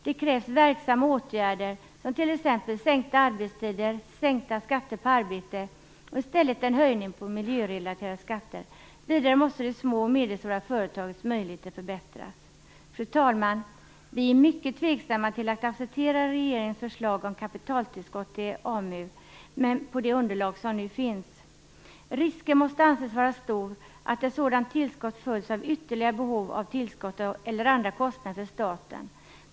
Det krävs verksamma åtgärder, som t.ex. sänkta arbetstider, sänkta skatter på arbete och i stället en höjning på miljörelaterade skatter. Vidare måste de små och medelstora företagens möjligheter förbättras. Fru talman! Vi är mycket tveksamma till att acceptera regeringens förslag om kapitaltillskott till AMU på det underlag som nu finns. Risken måste anses vara stor att ett sådant tillskott följs av ytterligare behov av tillskott eller andra kostnader för staten.